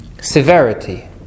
Severity